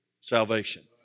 salvation